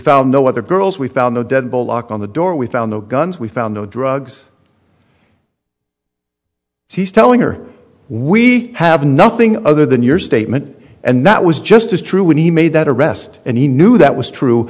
found no other girls we found the dead bolt lock on the door we found no guns we found no drugs he's telling her we have nothing other than your statement and that was just as true when he made that arrest and he knew that was true